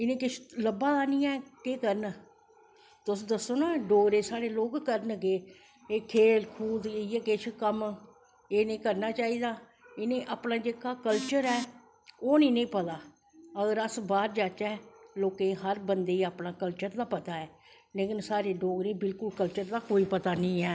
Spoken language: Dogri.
इनें किश लब्भा दा नी ऐ केह् करन तुस दस्सो ना डोगरे साढ़े करन केह् एह् खेल कूद इयै किश कम्म एह् नी करनां चाही दा इनें अपनां जेह्ड़ा कल्चर ऐ ओह् नी ईनेंगी पता और अस बाह्र जाच्चै लोकें गी हर बंदेगी अपनें कल्चर दा पता ऐ सेकिन साढ़े डोगरी कल्चर दा बिल्कुल पता नी ऐ